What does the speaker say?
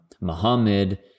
Muhammad